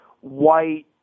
white